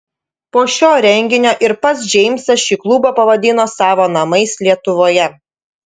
po šio renginio ir pats džeimsas šį klubą pavadino savo namais lietuvoje